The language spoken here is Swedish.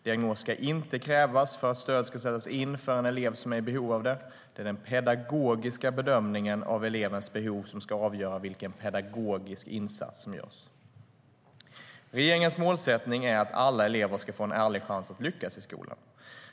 Diagnos ska inte krävas för att stöd ska sättas in för en elev som är i behov av det. Det är den pedagogiska bedömningen av elevens behov som ska avgöra vilken pedagogisk insats som görs. Regeringens målsättning är att alla elever ska få en ärlig chans att lyckas i skolan.